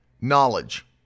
knowledge